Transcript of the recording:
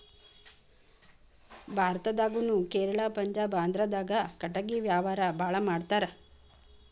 ಭಾರತದಾಗುನು ಕೇರಳಾ ಪಂಜಾಬ ಆಂದ್ರಾದಾಗ ಕಟಗಿ ವ್ಯಾವಾರಾ ಬಾಳ ಮಾಡತಾರ